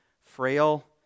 frail